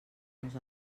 nos